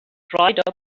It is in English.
dried